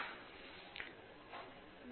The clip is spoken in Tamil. பேராசிரியர் சத்யநாராயண நா குமாடி நன்றி